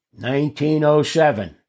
1907